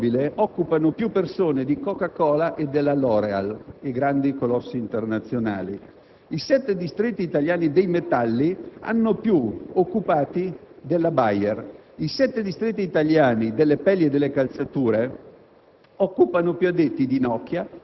i 10 distretti italiani del mobile occupano più persone di Coca Cola e dell'Oréal, grandi colossi internazionali, i sette distretti italiani dei metalli hanno più occupati della Bayer, i sette distretti italiani delle pelli e delle calzature